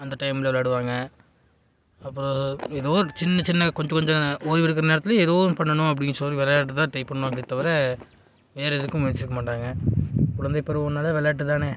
அந்த டைமில் விளையாடுவாங்க அப்புறம் ஏதோ ஒரு சின்ன சின்ன கொஞ்சம் கொஞ்சம் ஓய்வு இருக்கிற நேரத்திலையும் ஏதோ ஒன்று பண்ணணும் அப்படின்னு சொல்லி விளையாடுற தான் ட்ரை பண்ணுவாங்கலே தவிர வேறு எதுக்கும் முயற்சிக்க மாட்டாங்க குழந்தைப் பருவன்னாலே விளையாட்டு தானே